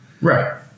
Right